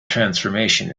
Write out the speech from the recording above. transformation